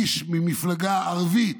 שאיש ממפלגה ערבית,